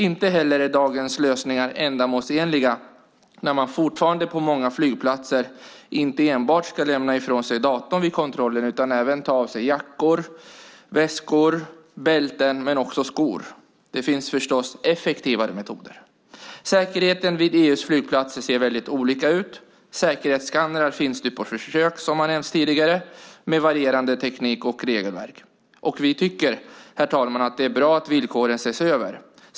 Inte heller är dagens lösningar ändamålsenliga när man fortfarande på många flygplatser inte enbart ska lämna ifrån sig datorn vid kontrollen utan även ta av sig jackor, väskor, bälten och skor. Det finns förstås effektivare metoder. Säkerheten vid EU:s flygplatser ser väldigt olika ut. Som nämnts tidigare finns säkerhetsskannrar på försök, med varierande teknik och regelverk. Vi tycker, herr talman, att det är bra att villkoren ses över.